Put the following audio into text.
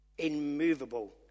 Immovable